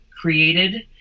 created